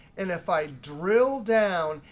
and if i drill down,